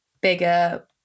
bigger